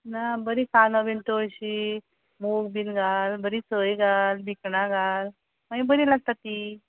ना बरी कानो बी तळशी मूग बी घाल बरी सय घाल भिकणां घाल मागीर बरी लागता ती